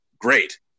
great